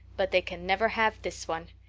but they can never have this one.